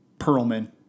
Perlman